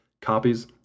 copies